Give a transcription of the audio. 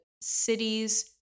cities